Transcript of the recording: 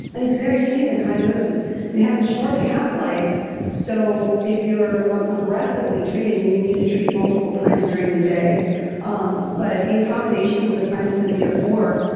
and it's very safe in high doses it has a short half-life so if you're um aggressively treating, you need to treat multiple times during the day um but in combination with the thymosin beta four,